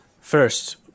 first